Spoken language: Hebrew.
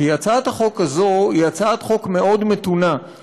כי הצעת החוק הזאת היא הצעת חוק מאוד מתונה,